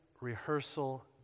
rehearsal